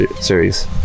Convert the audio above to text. series